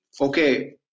Okay